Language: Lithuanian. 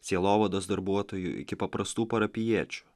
sielovados darbuotojų iki paprastų parapijiečių